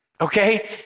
okay